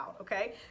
okay